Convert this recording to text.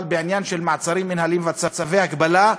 אבל בעניין של מעצרים מינהליים וצווי הגבלה,